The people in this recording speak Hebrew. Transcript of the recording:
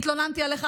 התלוננתי עליך,